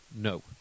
No